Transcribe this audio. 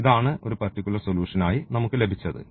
ഇതാണ് ഒരു particular solution ആയി നമുക്ക് ലഭിച്ചത്